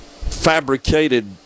fabricated